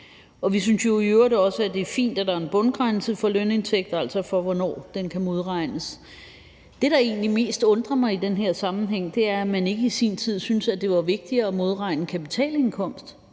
Vi synes jo i øvrigt også, at det er fint, at der er en bundgrænse for lønindtægter, altså for, hvornår den kan modregnes. Det, der egentlig mest undrer mig i den her sammenhæng, er, at man ikke i sin tid syntes, at det var vigtigere at modregne kapitalindkomst.